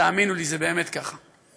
תאמינו לי, זה באמת ככה.